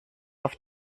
auf